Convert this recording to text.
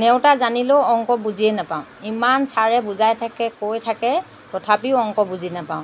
নেওঁতা জানিলেও অংক বুজিয়েই নাপাওঁ ইমান চাৰে বুজাই থাকে কৈ থাকে তথাপিও অংক বুজি নাপাওঁ